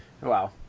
Wow